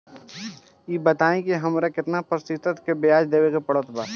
ई बताई की हमरा केतना प्रतिशत के ब्याज देवे के पड़त बा?